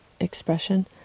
expression